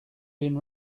been